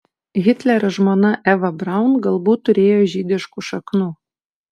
hitlerio žmona eva braun galbūt turėjo žydiškų šaknų